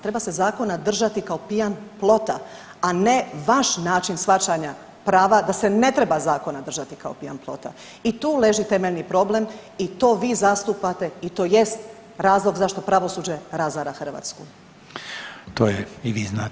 Treba se zakona držati kao pijan plota, a ne vaš način shvaćanja prava da se ne treba zakona držati kao pijan plota i tu leži temeljni problem i to vi zastupate i to jest razlog zašto pravosuđe razara Hrvatsku.